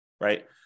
Right